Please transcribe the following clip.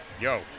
yo